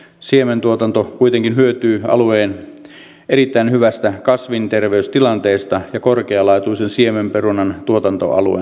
siementuotanto kuitenkin hyötyy alueen erittäin hyvästä kasvinterveystilanteesta ja korkealaatuisen siemenperunan tuotantoalueen statuksesta